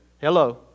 Hello